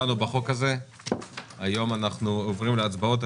דנו בהצעת החוק הזאת יהיום אנחנו עוברים להצבעות.